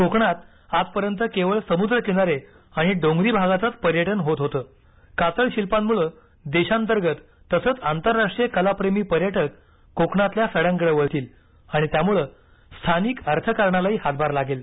कोकणात आजपर्यंत केवळ समुद्रकिनारे आणि डोंगरी भागातच पर्यटन होत होतं कातळशिल्पामुळे देशांतर्गत तसंच आंतरराष्ट्रीय कलाप्रेनी पर्यटक कोकणातील सड्यांकडे वळतील आणि त्यामुळे स्थानिक अर्धकारणालाही हातभार लागेल